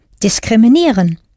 diskriminieren